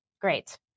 Great